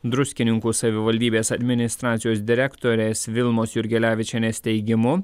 druskininkų savivaldybės administracijos direktorės vilmos jurgelevičienės teigimu